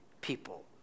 people